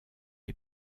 est